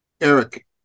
Eric